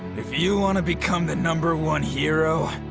if you want to become the number one hero,